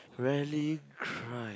rarely cry